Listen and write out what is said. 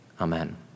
amen